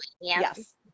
yes